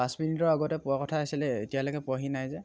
পাঁচ মিনিটৰ আগতে পোৱা কথা আছিলে এতিয়ালৈকে পোৱাহি নাই যে